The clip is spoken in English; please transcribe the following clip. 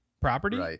property